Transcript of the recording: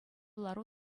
лару